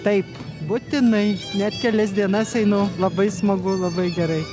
taip būtinai net kelias dienas einu labai smagu labai gerai